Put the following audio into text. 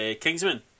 Kingsman